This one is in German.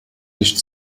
nicht